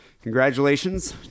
Congratulations